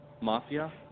Mafia